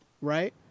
right